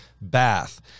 bath